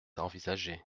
envisagée